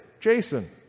Jason